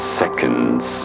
seconds